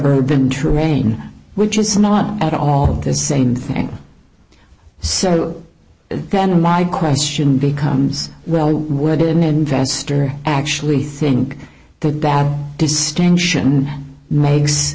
urban terrain which is not at all the same thing so then why question becomes well worded an investor actually think the bad distinction meigs